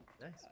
nice